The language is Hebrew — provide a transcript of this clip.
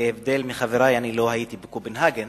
בהבדל מחברי, אני לא הייתי בקופנהגן